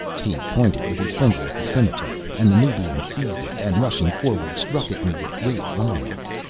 he pointed with his finger at the scimitar, and the nubian seized it, and rushing forward struck at me with great violence.